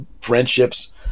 friendships